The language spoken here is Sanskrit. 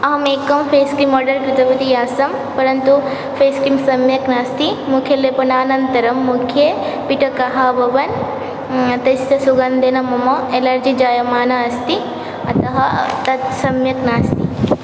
अहमेकं फ़ेसकीम् आर्डर् कृतवती आसं परन्तु फ़ेस्किं सम्यक् नास्ति मुखे लेपनानन्तरं मुखे पिटकाः अभवन् तस्य सुगन्धेन मम एलर्जी जायमानम् अस्ति अतः तत् सम्यक् नास्ति